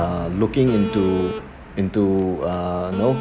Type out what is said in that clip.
uh looking into into uh you know